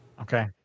Okay